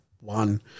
one